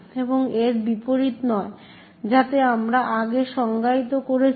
এবং এর বিপরীতে নয় যাতে আমরা আগে সংজ্ঞায়িত করেছি